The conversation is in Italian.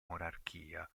monarchia